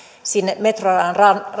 sinne metroradan